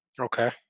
Okay